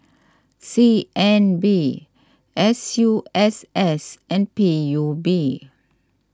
C N B S U S S and P U B